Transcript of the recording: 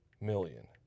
million